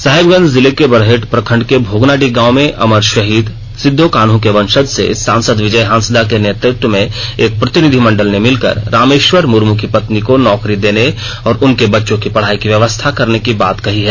साहेबगंज जिले के बरहेट प्रखंड के भोगनाडीह गांव में अमर शहीद सिदो कान्हू के वंशज से सांसद विजय हांसदा के नेतत्व में एक प्रतिनिधिमंडल ने मिलकर रामेश्वर मुर्म की पत्नी को नौकरी देने और उनके बच्चों की पढाई की व्यवस्था करने की बात कही है